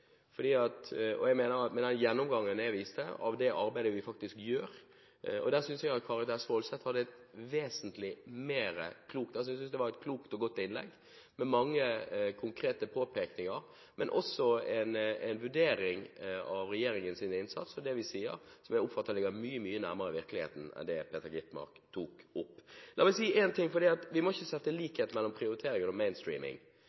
Jeg mener at den gjennomgangen jeg viste til av det arbeidet vi faktisk gjør, viser det. Jeg synes at Karin S. Woldseth hadde et klokt og godt innlegg, med mange konkrete påpekninger, og en vurdering av regjeringens innsats, og det vi sier, som jeg oppfatter ligger mye nærmere virkeligheten enn det Peter Skovholt Gitmark tok opp. Vi må ikke sette likhetstegn mellom prioritering og «mainstreaming». Det er faktisk en veldig viktig systemdebatt. Jeg vil anta at